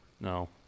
No